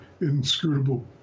inscrutable